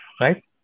right